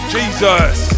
Jesus